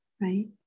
right